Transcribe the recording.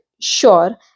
sure